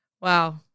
Wow